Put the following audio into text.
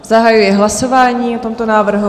Zahajuji hlasování o tomto návrhu.